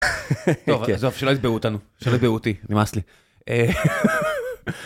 טוב עזוב שלא יתבעו אותנו שלא יתבעו אותי, נמאס לי.